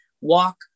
walk